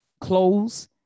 clothes